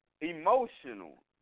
emotional